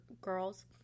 girls